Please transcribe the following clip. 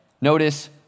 Notice